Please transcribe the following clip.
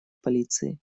полиции